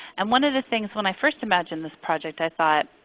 and one of the things, when i first imagined this project i thought,